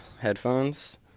headphones